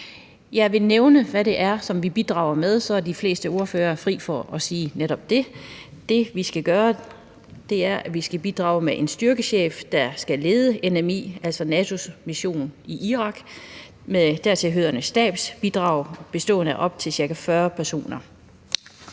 Jeg vil nævne, hvad det er, som vi bidrager med, for så er de fleste ordførere fri for at sige netop det. Det, vi skal gøre, er, at vi skal bidrage med en styrkechef, der skal lede NMI, altså NATO's mission i Irak, med dertilhørende stabsbidrag bestående af op til ca. 40 personer.